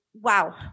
Wow